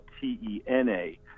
T-E-N-A